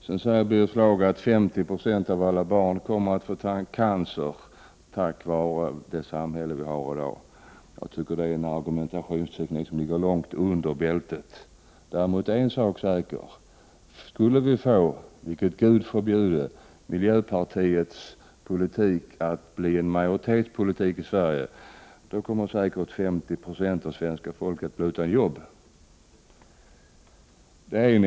Sedan säger Birger Schlaug att 50 96 av alla barn kommer att få cancer på grund av dagens samhälle. Det är en argumentation som ligger långt under bältet. Däremot är en sak säker: Skulle — vilket Gud förbjude — miljöpartiets politik komma att bli majoritetspolitik i Sverige skulle säkert 50 90 av svenska folket bli utan jobb.